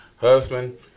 Husband